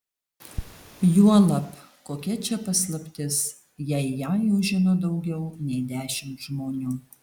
juolab kokia čia paslaptis jei ją jau žino daugiau nei dešimt žmonių